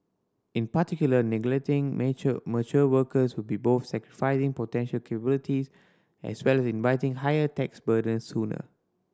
in particular neglecting mature workers would be both sacrificing potential capability as well inviting higher tax burdens sooner